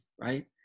right